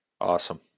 Awesome